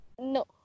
No